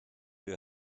your